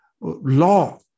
law